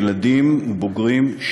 ילדים ובוגרים,